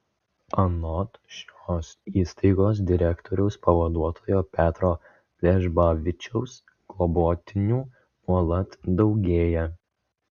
anot šios įstaigos direktoriaus pavaduotojo petro vežbavičiaus globotinių nuolat daugėja